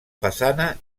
façana